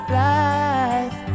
life